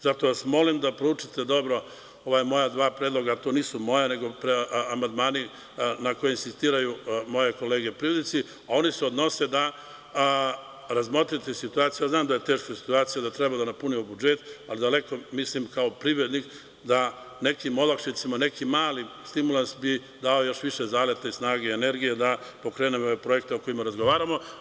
Zato vas molim da proučite dobro ova dva moja predloga, to nisu moja nego amandmani na kojima insistiraju moje kolege privrednici, a oni se odnose da razmotrite situaciju, ja znam da je teška situacija, da treba da napunimo budžet ali daleko mislim kao privrednik da nekim olakšicama, neki mali stimulans bi dao još više zaleta, snage i energije da pokrenemo ove projekte o kojima razgovaramo.